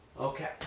okay